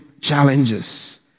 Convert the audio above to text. challenges